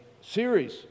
series